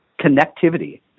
connectivity